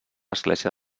església